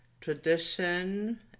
tradition